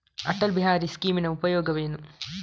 ಅಟಲ್ ಬಿಹಾರಿ ಸ್ಕೀಮಿನ ಉಪಯೋಗವೇನು?